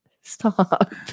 stop